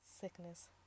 sickness